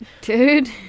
dude